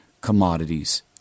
commodities